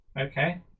Okay